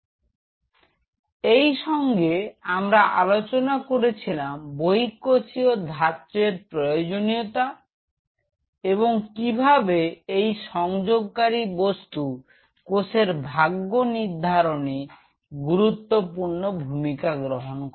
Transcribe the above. এর সঙ্গে আমরা আলোচনা করেছিলাম বহিঃকোষীয় ধাত্র এর প্রয়োজনীয়তা এবং কিভাবে এই সংযোগকারী বস্তু কোষের ভাগ্য নির্ধারণে গুরুত্বপূর্ণ ভূমিকা গ্রহণ করে